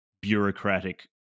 bureaucratic